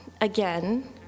again